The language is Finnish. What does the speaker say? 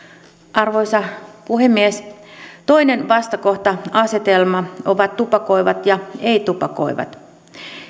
arvoisa puhemies toinen vastakohta asetelma ovat tupakoivat ja ei tupakoivat